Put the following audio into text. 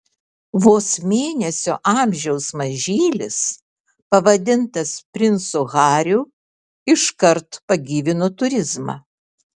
vos mėnesio amžiaus mažylis pavadintas princu hariu iškart pagyvino turizmą